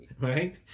right